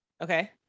Okay